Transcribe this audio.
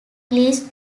least